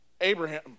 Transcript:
Abraham